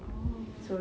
oh